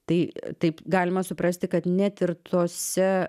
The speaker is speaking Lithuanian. tai taip galima suprasti kad net ir tose